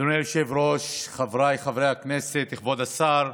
אדוני היושב-ראש, חבריי חברי הכנסת, כבוד השר,